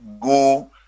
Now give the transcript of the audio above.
Go